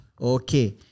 Okay